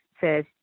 says